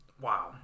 Wow